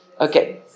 Okay